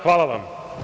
Hvala vam.